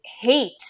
hate